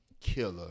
killer